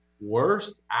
worse